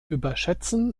überschätzen